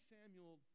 Samuel